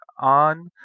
on